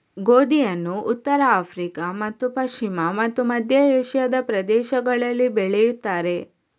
ಗೋಧಿಯನ್ನು ಉತ್ತರ ಆಫ್ರಿಕಾ ಮತ್ತು ಪಶ್ಚಿಮ ಮತ್ತು ಮಧ್ಯ ಏಷ್ಯಾದ ಪ್ರದೇಶಗಳಲ್ಲಿ ಬೆಳೆಯುತ್ತಾರೆ